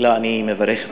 בתחילה אני מברך אותך.